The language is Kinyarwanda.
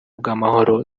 bw’amahoro